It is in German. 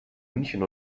münchen